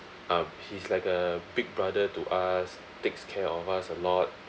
um he's like a big brother to us takes care of us a lot